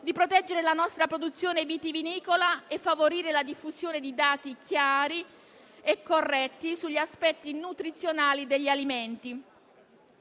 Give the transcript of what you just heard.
di proteggere la nostra produzione vitivinicola e favorire la diffusione di dati chiari e corretti sugli aspetti nutrizionali degli alimenti;